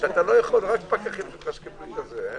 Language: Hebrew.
ואנחנו עושים את זה לא רק כדי שיפעלו בתי המלון גם,